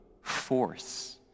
force